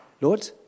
Lord